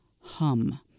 hum